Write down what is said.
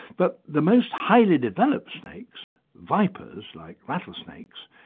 but the most highly developed snakes, vipers like rattlesnakes,